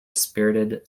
spirited